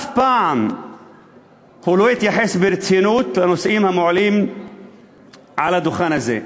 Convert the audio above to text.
הוא אף פעם לא התייחס ברצינות לנושאים המועלים מעל הדוכן הזה.